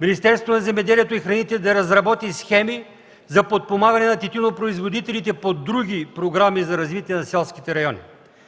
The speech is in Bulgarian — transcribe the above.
Министерството на земеделието и храните да разработи схеми за подпомагане на тютюнопроизводителите по други програми за развитие на селските райони.